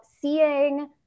seeing